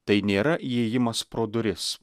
tai nėra įėjimas pro duris